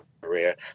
Korea